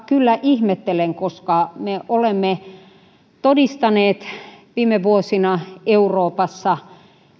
kyllä ihmettelen koska me olemme todistaneet viime vuosina euroopassa